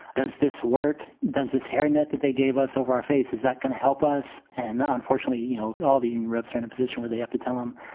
does this work? does this hairnet that they gave us over our face, is that going to help us? and unfortunately, you know, all the union reps are in a position where they have to tell him,